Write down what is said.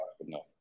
No